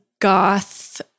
goth